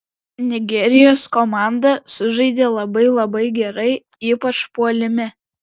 nigerijos komanda sužaidė labai labai gerai ypač puolime